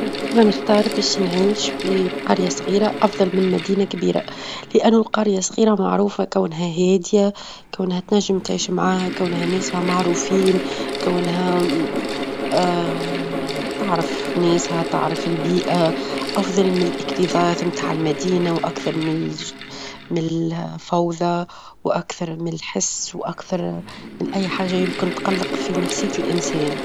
ديما نختار باش نعيش في قرية صغيرة أفظل من مدينة كبيرة؛ لأنه قرية صغيرة معروفة كونها هادية، كونها تنجم تعيش معاها، كونها ناسها معروفين، كونها تعرف ناسها تعرف البيئة، أفظل من الإكتظاظ متاع المدينة، وأكثر -من- من الفوظى، وأكثر من الحس، وأكثر من أي حاجة يمكن تقلق في نفسية الإنسان.